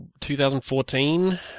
2014